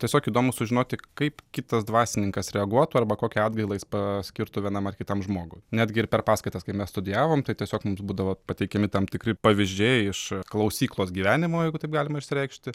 tiesiog įdomu sužinoti kaip kitas dvasininkas reaguotų arba kokią atgailą jis paskirtų vienam ar kitam žmogui netgi ir per paskaitas kai mes studijavom tai tiesiog mums būdavo pateikiami tam tikri pavyzdžiai iš klausyklos gyvenimo jeigu taip galima išsireikšti